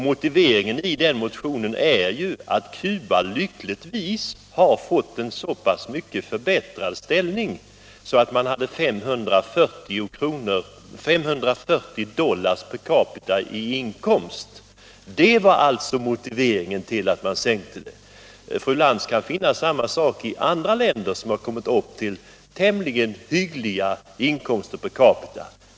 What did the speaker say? Motionernas motivering var att Cuba lyckligtvis hade fått en så pass mycket förbättrad ställning att inkomsten var 540 dollar per capita. Det var motiveringen till att man föreslog en sänkning av anslaget. Fru Lantz kan finna samma sak beträffande andra länder, som har kommit upp i tämligen hyggliga inkomster per capita.